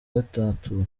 gatatu